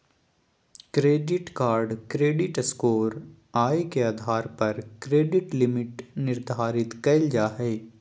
credit card credit score, आय के आधार पर क्रेडिट लिमिट निर्धारित कयल जा हइ